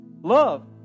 love